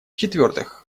четвертых